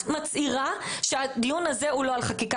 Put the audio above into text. את מצהירה שהדיון הזה הוא לא על חקיקה,